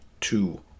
two